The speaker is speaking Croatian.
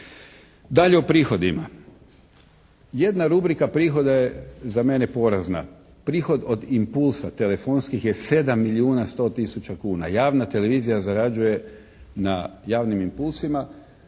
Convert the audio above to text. Dalje o prohodima. Jedna rubrika prihoda je za mene porazna. Prihod od impulsa telefonskih je 7 milijuna 100 tisuća kuna. Javna televizija zarađuje na javnim impulsima